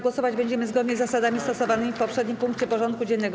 Głosować będziemy zgodnie z zasadami stosowanymi w poprzednim punkcie porządku dziennego.